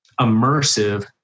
immersive